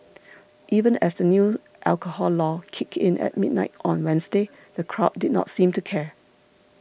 even as the new alcohol law kicked in at midnight on Wednesday the crowd did not seem to care